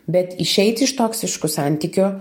bet išeiti iš toksiškų santykių